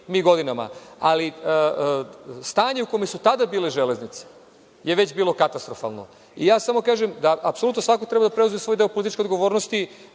mi godinama, ali stanje u kome su već tada bile „Železnice“ je bilo katastrofalno. Samo kažem da apsolutno svako treba da preuzme svoj deo političke odgovornosti.